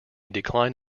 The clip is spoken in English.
decline